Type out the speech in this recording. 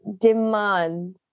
demand